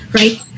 right